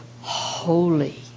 holy